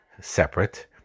separate